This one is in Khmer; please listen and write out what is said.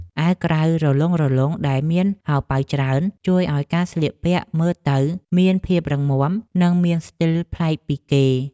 អាវក្រៅរលុងៗដែលមានហោប៉ៅច្រើន ជួយឱ្យការស្លៀកពាក់មើលទៅមានភាពរឹងមាំ និងមានស្ទីលប្លែកពីគេ។